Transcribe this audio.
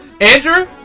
Andrew